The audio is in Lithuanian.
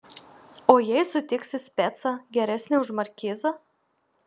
o jei sutiksi specą geresnį už markizą